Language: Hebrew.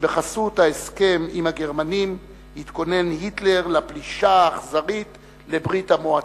שבחסות ההסכם עם הגרמנים התכונן היטלר לפלישה האכזרית לברית-המועצות.